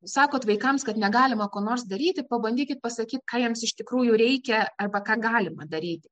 sakot vaikams kad negalima ko nors daryti pabandykit pasakyti ką jiems iš tikrųjų reikia arba ką galima daryti